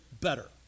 better